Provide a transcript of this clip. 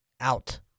out